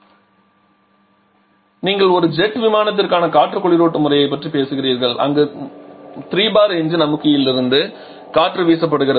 இங்கே நீங்கள் ஒரு ஜெட் விமானத்திற்கான காற்று குளிரூட்டும் முறையைப் பற்றி பேசுகிறீர்கள் அங்கு 3 bar என்ஜின் அமுக்கியிலிருந்து காற்று வீசப்படுகிறது